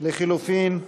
לחלופין?